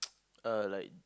err like